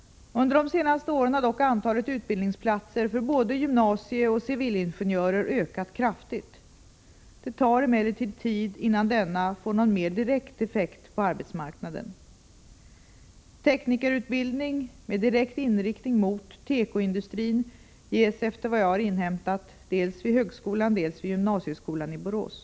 Under de senaste åren har dock antalet utbildningsplatser för både gymnasieoch civilingenjörer ökat kraftigt. Det tar emellertid tid innan detta får någon mer direkt effekt på arbetsmarknaden. Teknikerutbildning med direkt inriktning mot tekoindustrin ges, efter vad jag har inhämtat, dels vid högskolan, dels vid gymnasieskolan i Borås.